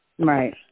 right